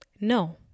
No